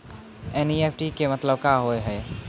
NEFT के मतलब का होव हेय?